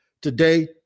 Today